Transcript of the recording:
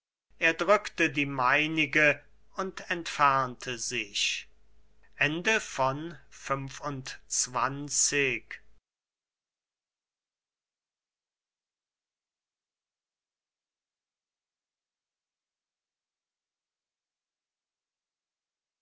er drückte die meinige und entfernte sich